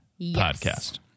podcast